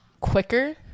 quicker